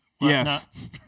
Yes